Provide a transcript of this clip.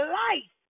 life